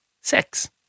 sex